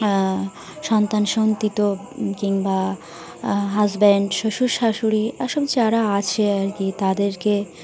সন্তান সন্ততি কিংবা হাজব্যান্ড শ্বশুর শাশুড়ি এসব যারা আছে আর কি তাদেরকে